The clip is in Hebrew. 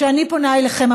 שאני פונה אליכן.